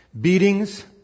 beatings